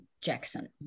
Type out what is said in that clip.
Jackson